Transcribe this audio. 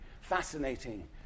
fascinating